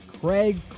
Craig